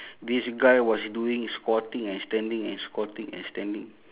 this guy was doing squatting and standing and squatting and standing